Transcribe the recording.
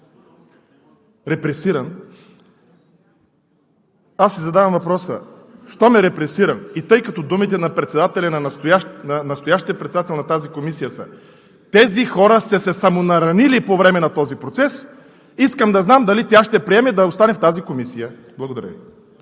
репресиран, аз си задавам въпроса: щом е репресиран, и тъй като думите на настоящия председател на тази комисия са: „Тези хора са се самонаранили по време на този процес“, искам да знам дали тя ще приеме да остане в тази комисия? Благодаря Ви.